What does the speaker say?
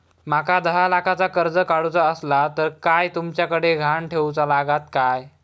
माका दहा लाखाचा कर्ज काढूचा असला तर काय तुमच्याकडे ग्हाण ठेवूचा लागात काय?